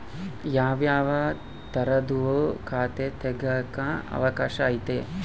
ಯಾವ್ಯಾವ ತರದುವು ಖಾತೆ ತೆಗೆಕ ಅವಕಾಶ ಐತೆ?